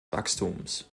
wachstums